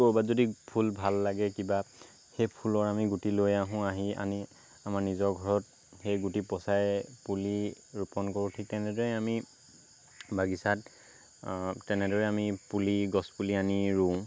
ক'ৰবাত যদি ফুল ভাল লাগে কিবা সেই ফুলৰ আমি গুটি লৈ আহোঁ আহি আনি আমাৰ নিজৰ ঘৰত সেই গুটি পচাই পুলি ৰোপণ কৰোঁ ঠিক তেনেদৰে আমি বাগিচাত তেনেদৰে আমি পুলি গছ পুলি আনি ৰুওঁ